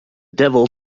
devil